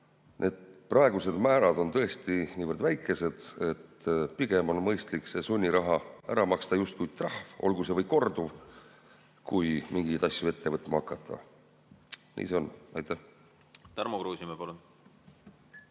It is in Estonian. et praegused määrad on tõesti niivõrd väikesed, et pigem on mõistlik see sunniraha ära maksta justkui trahv, olgu see või korduv, kui mingeid asju ette võtma hakata. Nii see on. Tarmo Kruusimäe,